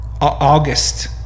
August